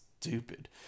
stupid